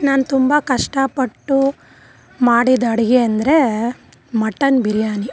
ನಾನು ತುಂಬ ಕಷ್ಟಪಟ್ಟು ಮಾಡಿದ ಅಡಿಗೆ ಅಂದರೆ ಮಟನ್ ಬಿರಿಯಾನಿ